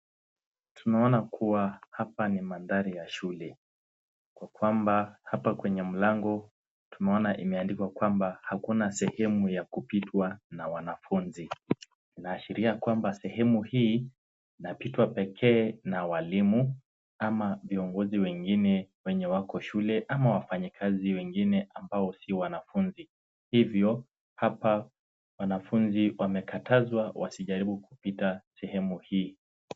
Tunaona kuwa hapa ni mandhari ya shule. Kwa kwamba hapa kwenye mlango tunaona imeandikwa kwamba hakuna sehemu ya kupitwa na wanafunzi. Inaashiria kwamba sehemu hii inapitwa pekee na walimu ama viongozi wengine wako shule ama wafanyakazi wengine ambao si wanafunzi. Hivyo hapa wanafunzi wamekatazwa wasijaribu kupita sehemu hii.